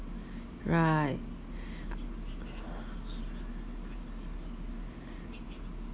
right